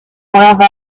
wherever